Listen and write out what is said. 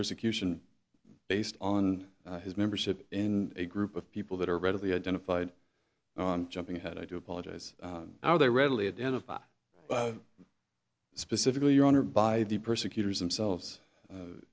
persecution based on his membership in a group of people that are readily identified on jumping ahead i do apologize how they readily identify specifically your honor by the persecutors themselves